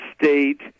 State